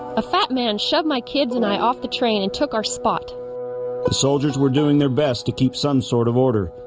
a fat man shoved my kids, and i off the train and took our spot the soldiers were doing their best to keep some sort of order.